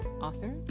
author